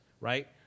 Right